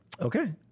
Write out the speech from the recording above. Okay